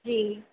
जी